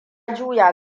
juya